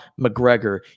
McGregor